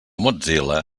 mozilla